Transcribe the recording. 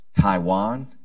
Taiwan